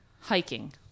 hiking